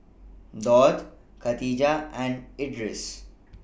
Daud Khatijah and Idris